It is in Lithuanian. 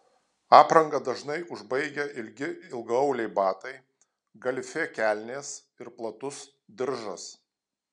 aprangą dažnai užbaigia ilgi ilgaauliai batai galifė kelnės ir platus diržas